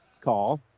call